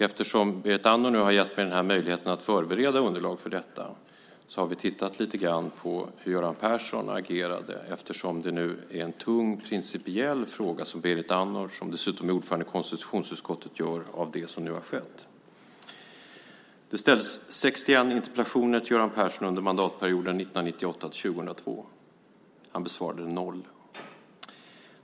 Eftersom Berit Andnor nu har gett mig den här möjligheten att förbereda underlag för detta så har vi tittat lite grann på hur Göran Persson agerade, eftersom det nu är en tung principiell fråga som Berit Andnor, som dessutom är ordförande i konstitutionsutskottet, gör av det som har skett. Det ställdes 61 interpellationer till Göran Persson under mandatperioden 1998-2002. Han besvarade noll.